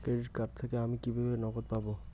Credit card থেকে আমি কিভাবে নগদ পাব?